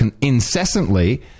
incessantly